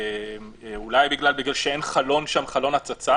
אולי בגלל שאין חלון שהוא חלון הצצה